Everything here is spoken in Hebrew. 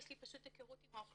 אבל יש לי היכרות עם האוכלוסייה.